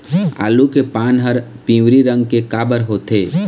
आलू के पान हर पिवरी रंग के काबर होथे?